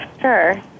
Sure